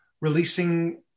releasing